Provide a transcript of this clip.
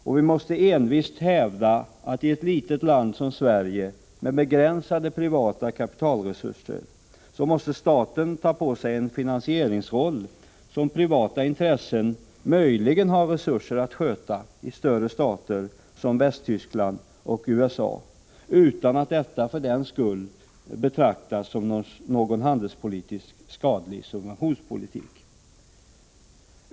Och vi måste envist hävda att i ett litet land som Sverige med begränsade privata kapitalresurser måste staten ta på sig en finansieringsroll, som privata intressen möjligen har resurser att sköta i större stater som Västtyskland och USA, utan att detta för den skull betraktas som någon handelspolitiskt skadlig subventionspolitik.